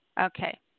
Okay